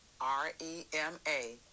r-e-m-a